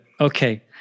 okay